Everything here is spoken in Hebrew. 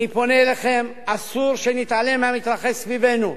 אני פונה אליכם, אסור שנתעלם מהמתרחש סביבנו.